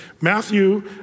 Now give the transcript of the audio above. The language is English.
Matthew